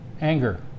anger